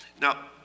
Now